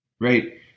right